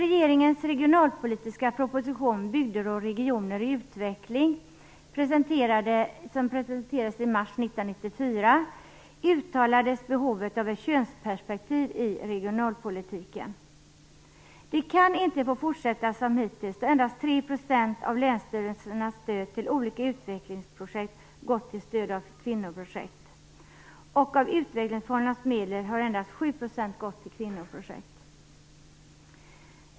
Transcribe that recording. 1994, uttalas behovet av ett könsperspektiv i regionalpolitiken. Det kan inte få fortsätta som hittills. Endast 3 % av länsstyrelsernas stöd till olika utvecklingsprojekt har ju gått till stöd till kvinnoprojekt. Av utvecklingsfondernas medel har endast 7 % gått till kvinnoprojekt.